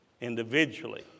individually